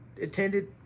attended